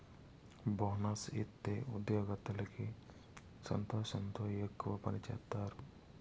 bonus ఇత్తే ఉద్యోగత్తులకి సంతోషంతో ఎక్కువ పని సేత్తారు